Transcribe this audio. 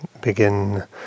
begin